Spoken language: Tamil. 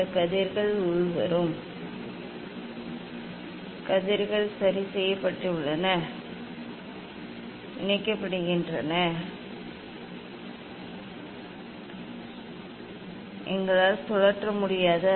இந்த கதிர்கள் உள்வரும் கதிர்கள் சரி செய்யப்பட்டுள்ளன எங்களால் சுழற்ற முடியாது